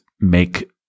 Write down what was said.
make